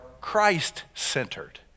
Christ-centered